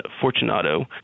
Fortunato